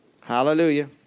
Hallelujah